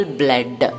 blood